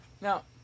now